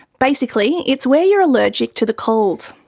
basically it's where you are allergic to the cold.